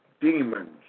demons